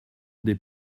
des